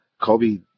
Kobe